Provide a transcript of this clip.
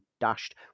dashed